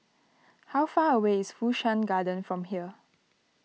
how far away is Fu Shan Garden from here